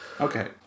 Okay